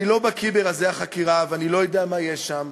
אני לא בקי ברזי החקירה ואני לא יודע מה יש שם,